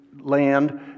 land